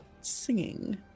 singing